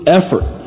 effort